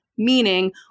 Meaning